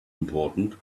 important